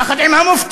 יחד עם המופתי,